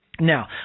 Now